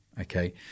Okay